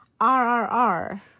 R-R-R